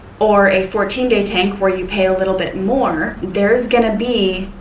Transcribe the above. or a fourteen day tank where you pay a little bit more. there's going to be